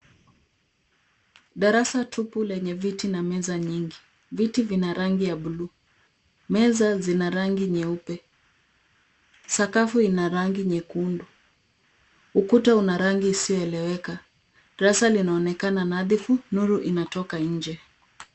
Darasa tupu lenye viti na meza nyingi. Viti vina rangi ya bluu. Meza zina rangi nyeupe. Sakafu ina rangi nyekundu. Ukuta una rangi isiyoeleweka. Darasa linaonekana nadhifu. Nuru linatoka nje.